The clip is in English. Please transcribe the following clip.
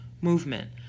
movement